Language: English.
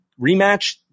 rematch